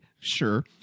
sure